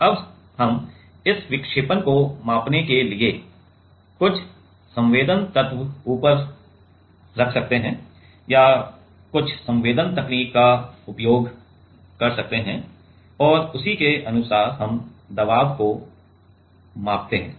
अब हम इस विक्षेपण को मापने के लिए कुछ संवेदन तत्व ऊपर रख सकते है या कुछ संवेदन तकनीक का उपयोग कर सकते हैं और उसी के अनुसार हम दबाव को माप सकते हैं